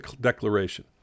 declaration